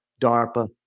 DARPA